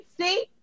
See